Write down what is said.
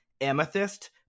Amethyst